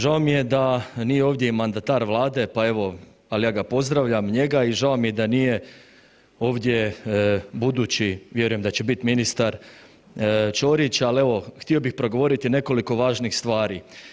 Žao mi je da nije ovdje i mandatar vlade, pa evo, al ja ga pozdravljam njega i žao mi je da nije ovdje budući, vjerujem da će bit ministar, Ćorić, al evo htio bih progovoriti nekoliko važnih stvari.